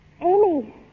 Amy